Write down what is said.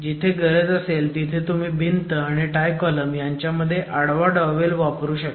जिथे गरज असेल तिथे तुम्ही भिंत आणि टाय कॉलम यांच्यामध्ये आडवा डॉवेल वापरू शकता